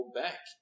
back